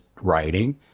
writing